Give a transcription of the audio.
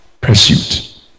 Pursuit